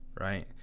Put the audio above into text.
right